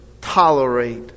tolerate